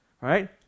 Right